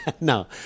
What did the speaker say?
No